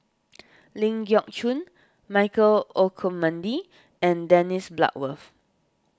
Ling Geok Choon Michael Olcomendy and Dennis Bloodworth